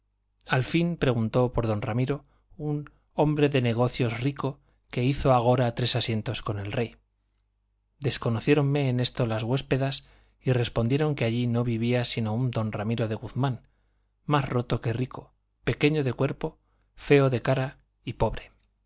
al fin preguntó por don ramiro un hombre de negocios rico que hizo agora tres asientos con el rey desconociéronme en esto las huéspedas y respondieron que allí no vivía sino un don ramiro de guzmán más roto que rico pequeño de cuerpo feo de cara y pobre